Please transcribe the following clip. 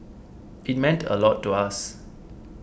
it meant a lot to us